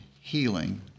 healing